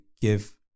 give